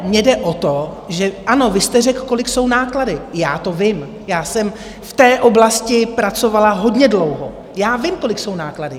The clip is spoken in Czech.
Mně jde o to, že ano, vy jste řekl, kolik jsou náklady, já to vím, já jsem v té oblasti pracovala hodně dlouho, já vím, kolik jsou náklady.